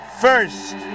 first